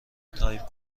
تایپ